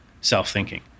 self-thinking